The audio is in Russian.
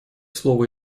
слово